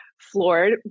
floored